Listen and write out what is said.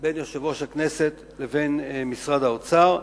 בין יושב-ראש הכנסת לבין משרד האוצר.